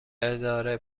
اداره